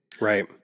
Right